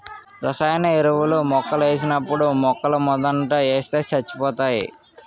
రసాయన ఎరువులు మొక్కలకేసినప్పుడు మొక్కలమోదంట ఏస్తే సచ్చిపోతాయి